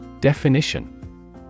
Definition